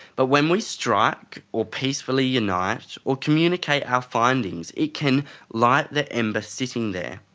but when we strike or peacefully unite or communicate our findings, it can light the ember sitting there.